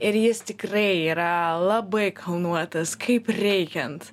ir jis tikrai yra labai kalnuotas kaip reikiant